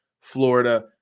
Florida